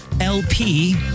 LP